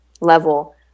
level